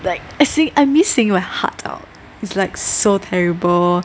like I sing~ I miss singing my heart out it's like so terrible